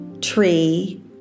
tree